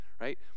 right